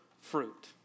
fruit